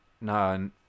No